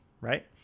right